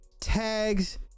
tags